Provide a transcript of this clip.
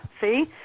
see